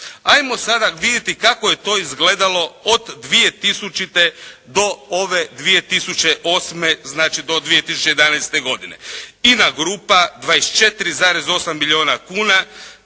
Ajmo sada vidjeti kako je to izgledalo od 2000. do ove 2008. znači do 2011. godine. INA grupa 24,8 milijuna kuna.